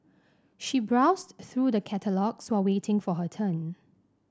she browsed through the catalogues while waiting for her turn